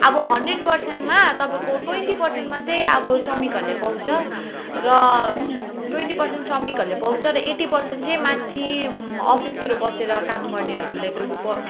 अब हन्ड्रेड पर्सेन्टमा तपाईँको ट्वेन्टी पर्सेन्ट मात्रै अब श्रमिकहरूले पाउँछ र ट्वेन्टी पर्सेन्ट श्रमिकहरूले पाउँछ र एटी पर्सेन्ट चाहिँ माथि अफिसतिर बसेर काम गर्नेहरू